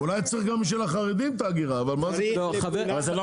אולי צריך את האגירה גם בשביל החרדים אבל מה קשור?